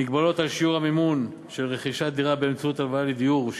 מגבלות על שיעור המימון של רכישת דירה באמצעות הלוואה לדיור,